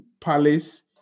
Palace